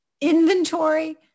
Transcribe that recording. inventory